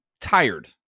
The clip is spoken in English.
tired